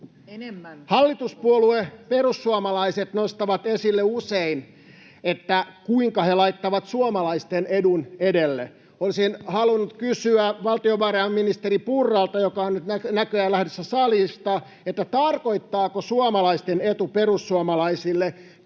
Hallituspuolue perussuomalaiset nostavat esille usein, kuinka he laittavat suomalaisten edun edelle. Olisin halunnut kysyä valtiovarainministeri Purralta, joka on nyt näköjään lähdössä salista: tarkoittaako suomalaisten etu perussuomalaisille